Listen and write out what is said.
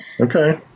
okay